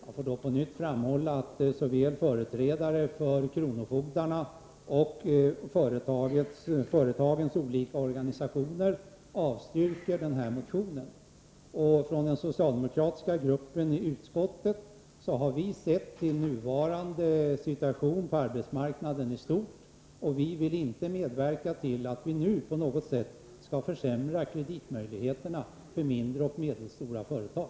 Herr talman! Jag vill på nytt framhålla att såväl företrädare för kronofogdarna som för företagens olika organisationer avstyrker den här motionen. Från den socialdemokratiska gruppen i utskottet har vi sett till nuvarande situation på arbetsmarknaden i stort, och vi vill inte medverka till att nu på något sätt försämra kreditmöjligheterna för mindre och medelstora företag.